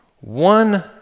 one